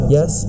Yes